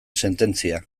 sententzia